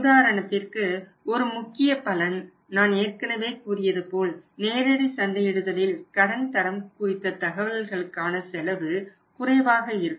உதாரணத்திற்கு ஒரு முக்கிய பலன் நான் ஏற்கனவே கூறியது போல் நேரடி சந்தையிடுதலில் கடன் தரம் குறித்த தகவல்களுக்கான செலவு குறைவாக இருக்கும்